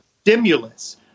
stimulus